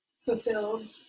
fulfilled